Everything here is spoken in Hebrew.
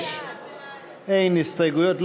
35 אין הסתייגויות,